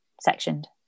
sectioned